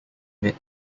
mid